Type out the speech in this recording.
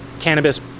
cannabis